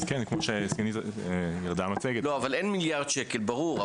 אין מיליארד שקל, ברור.